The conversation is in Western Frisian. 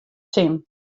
sin